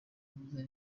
mvuze